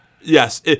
Yes